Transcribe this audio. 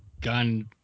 gun